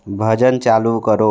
भजन चालू करो